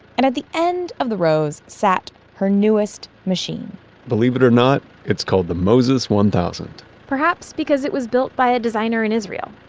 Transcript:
and at the end of the rows sat her newest machine believe it or not, it's called the moses one thousand point perhaps because it was built by a designer in israel.